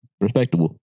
respectable